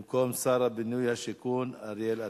במקום שר הבינוי והשיכון אריאל אטיאס.